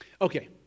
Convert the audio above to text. Okay